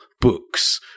books